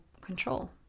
control